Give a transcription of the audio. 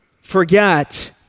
forget